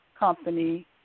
Company